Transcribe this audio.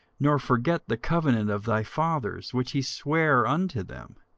nor forget the covenant of thy fathers which he sware unto them.